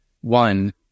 One